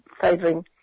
favouring